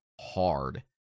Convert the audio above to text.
hard